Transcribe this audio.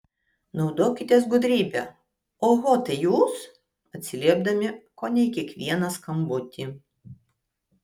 naudokitės gudrybe oho tai jūs atsiliepdami kone į kiekvieną skambutį